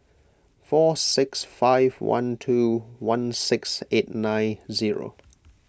four six five one two one six eight nine zero